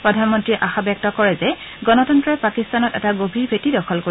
প্ৰধানমন্ত্ৰীয়ে আশা ব্যক্ত কৰে যে গণতন্ত্ৰই পাকিস্তানত এটা গভীৰ ভেটি দখল কৰিব